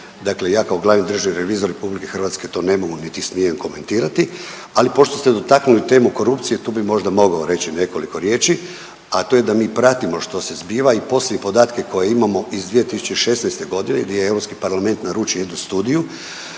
Dakle, ja kao glavni državni revizor RH to ne mogu niti smijem komentirati, ali pošto ste dotaknuli temu korupcije tu bi možda mogao reći nekoliko riječi, a to je da mi pratimo što se zbiva i posebne podatke koje imamo iz 2016. godine gdje je Europski parlament naručio jednu studiju